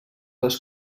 les